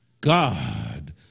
God